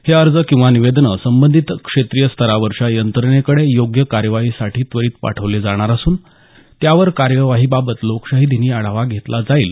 हे अर्ज किंवा निवेदनं संबंधित क्षेत्रीय स्तरावरच्या यंत्रणेकडे योग्य कार्यवाहीसाठी त्वरित पाठवले जाणार असून त्यावर कार्यवाहीबाबत लोकशाही दिनी आढावा घेतला जाईल